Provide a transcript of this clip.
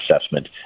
assessment